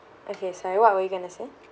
okay sorry what were you going to say